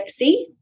Lexi